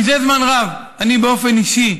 זה זמן רב אני, באופן אישי,